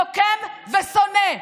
נוקם ושונא.